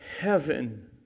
heaven